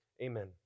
amen